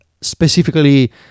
specifically